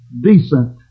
Decent